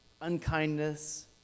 unkindness